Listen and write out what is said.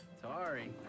Sorry